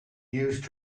used